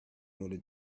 order